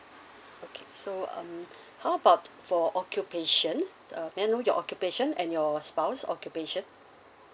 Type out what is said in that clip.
okay so um how about for occupations uh may I know your occupation and your spouse occupation